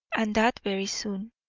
and that very soon.